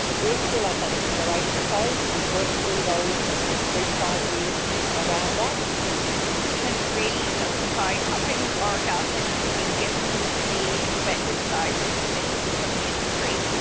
we're still at the exploration phase. we'll work through those in the next three-to-five years around that. do you think we can really justify having our gas industry, given the expected size of the emissions from the industry?